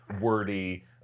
wordy